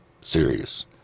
serious